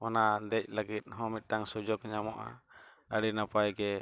ᱚᱱᱟ ᱫᱮᱡ ᱞᱟᱹᱜᱤᱫ ᱦᱚᱸ ᱢᱤᱫᱴᱟᱝ ᱥᱩᱡᱳᱜᱽ ᱧᱟᱢᱚᱜᱼᱟ ᱟᱹᱰᱤ ᱱᱟᱯᱟᱭ ᱜᱮ